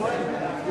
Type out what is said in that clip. להסיר